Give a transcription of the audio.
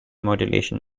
modulation